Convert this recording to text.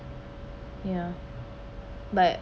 ya but